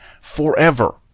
forever